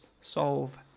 solve